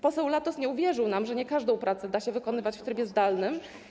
Poseł Latos nie uwierzył nam, że nie każdą pracę da się wykonywać w trybie zdalnym.